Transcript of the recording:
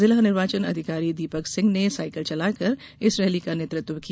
जिला निर्वाचन अधिकारी दीपक सिंह ने साइकल चलाकर इस रैली का नेतृत्व किया